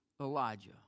Elijah